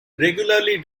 regularly